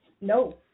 No